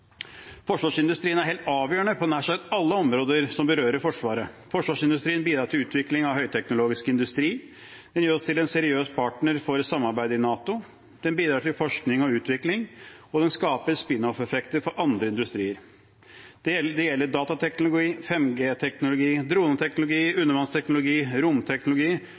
forsvarsindustrien ikke er viktig. Forsvarsindustrien er helt avgjørende på nær sagt alle områder som berører Forsvaret. Forsvarsindustrien bidrar til utvikling av høyteknologisk industri, den gjør oss til en seriøs partner for samarbeidet i NATO, den bidrar til forskning og utvikling, og den skaper spin-off-effekter for andre industrier. Det gjelder datateknologi, 5G-teknologi, droneteknologi, undervannsteknologi, romteknologi,